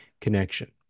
connection